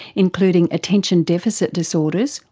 including attention deficit disorders,